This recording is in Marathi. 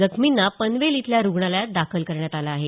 जखमींना पनवेल इथल्या रुग्णालयात दाखल करण्यात आलं आहे